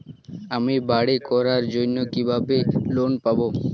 আমি বাড়ি করার জন্য কিভাবে লোন পাব?